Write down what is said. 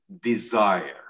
desire